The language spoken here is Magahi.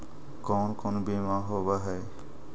कोन कोन बिमा होवय है?